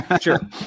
sure